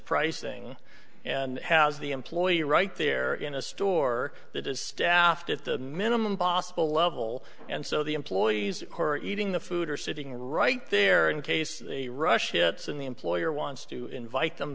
pricing and it has the employer right there in a store that is staffed at the minimum possible level and so the employees who are eating the food are sitting right there in case they rush it in the employer wants to invite them